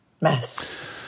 mess